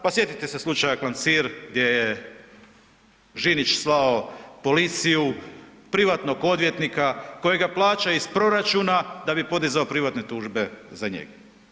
Pa sjetite se slučaja Klancir gdje je Žinić slao policiju, privatnog odvjetnika kojega plaća iz proračuna da bi podizao privatne tužbe za njega.